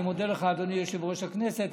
אני מודה לך, אדוני יושב-ראש הכנסת.